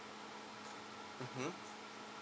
mmhmm